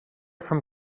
from